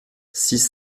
six